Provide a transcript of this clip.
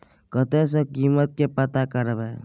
कतय सॅ कीमत के पता करब?